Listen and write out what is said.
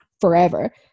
forever